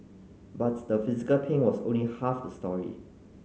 but the physical pain was only half the story